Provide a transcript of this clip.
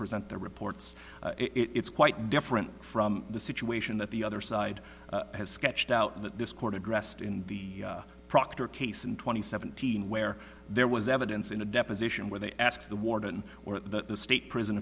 present their reports it's quite different from the situation that the other side has sketched out that this court addressed in the proctor case in twenty seventeen where there was evidence in a deposition where they asked the warden or the state prison